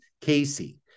Casey